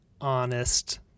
honest